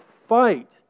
fight